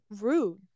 rude